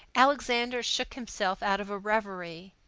alexander shook himself out of a reverie.